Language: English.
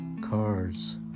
cars